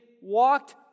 walked